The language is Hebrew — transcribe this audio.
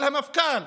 אבל מפכ"ל